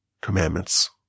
commandments